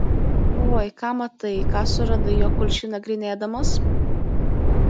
oi ką matai ką suradai jo kulšį nagrinėdamas